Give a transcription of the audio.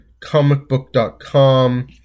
comicbook.com